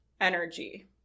energy